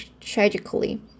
tragically